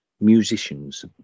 musicians